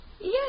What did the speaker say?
Yes